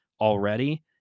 already